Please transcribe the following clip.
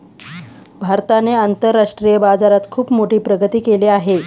भारताने आंतरराष्ट्रीय बाजारात खुप मोठी प्रगती केली आहे